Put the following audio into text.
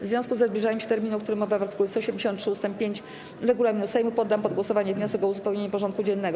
W związku ze zbliżaniem się terminu, o którym mowa w art. 173 ust. 5 regulaminu Sejmu, poddam pod głosowanie wniosek o uzupełnienie porządku dziennego.